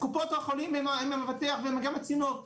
קופות החולים הם המבטח והם גם הצינור,